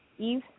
Eve